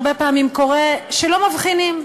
הרבה פעמים קורה שלא מבחינים,